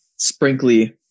sprinkly